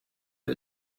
you